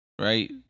right